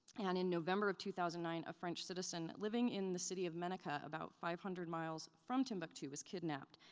and in november of two thousand and nine, a french citizen living in the city of meneka, about five hundred miles from timbuktu, was kidnapped.